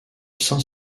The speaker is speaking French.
saint